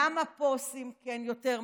למה פה עושים כן יותר מזה?